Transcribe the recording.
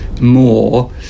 more